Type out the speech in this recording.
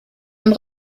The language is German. und